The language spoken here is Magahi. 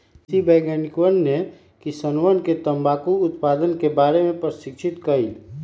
कृषि वैज्ञानिकवन ने किसानवन के तंबाकू उत्पादन के बारे में प्रशिक्षित कइल